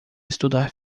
estudar